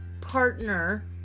partner